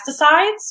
pesticides